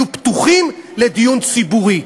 יהיו פתוחים לדיון ציבורי.